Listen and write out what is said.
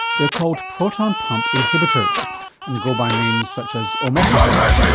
they're called proton pump inhibitors and go by names such as omeprazole,